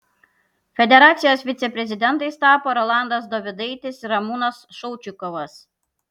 federacijos viceprezidentais tapo rolandas dovidaitis ir ramūnas šaučikovas